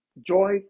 joy